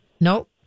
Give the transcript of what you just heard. Nope